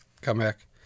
comeback